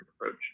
approach